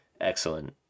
excellent